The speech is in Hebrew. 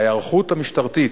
ההיערכות המשטרתית,